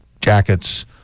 jackets